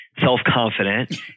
self-confident